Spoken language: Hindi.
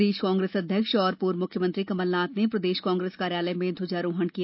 प्रदेश कांग्रेस अध्यक्ष एवं पूर्व मुख्यमंत्री कमलनाथ ने प्रदेश कांग्रेस कार्यालय में ध्वजारोहण किया